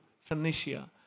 Phoenicia